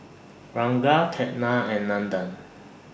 Ranga Ketna and Nandan